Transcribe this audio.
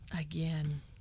Again